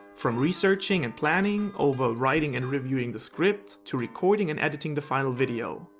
from researching and planning over writing and reviewing the script to recording and editing the final video,